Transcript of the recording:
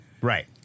Right